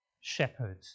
shepherd